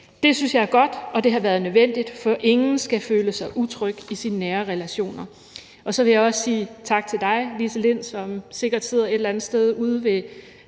Det synes jeg er godt, og det har været nødvendigt, for ingen skal føle sig utryg i sine nære relationer. Så vil jeg også sige tak til dig, Lise Linn Larsen, som sikkert sidder et eller andet sted ude ved